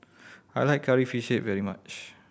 I like Curry Fish Head very much